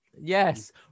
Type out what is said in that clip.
yes